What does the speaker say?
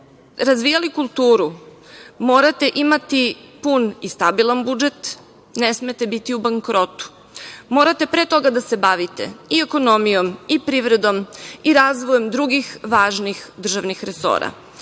razvijali kulturu, morate imati pun i stabilan budžet, ne smete biti u bankrotu. Morate pre toga da se bavite i ekonomijom i privredom i razvojem drugih važnih državnih resora. Vidim